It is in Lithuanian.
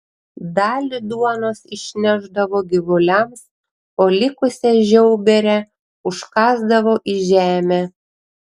dalį duonos išnešdavo gyvuliams o likusią žiauberę užkasdavo į žemę